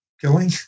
killing